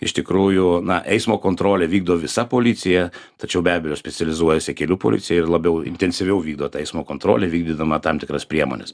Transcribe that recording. iš tikrųjų na eismo kontrolę vykdo visa policija tačiau be abejo specializuojasi kelių policija ir labiau intensyviau vykdo tą eismo kontrolę vykdydama tam tikras priemones